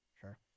Sure